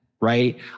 Right